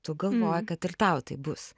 tu galvoji kad ir tau taip bus